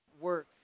work